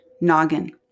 noggin